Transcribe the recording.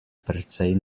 precej